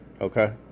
okay